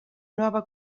nova